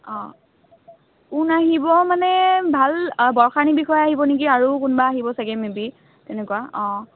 অঁ কোন আহিব মানে ভাল বৰষা ৰাণী বিষয়া আহিব নেকি আৰু কোনোবা আহিব চাগৈ মেবি তেনেকুৱা অঁ